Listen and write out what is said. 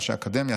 אנשי אקדמיה,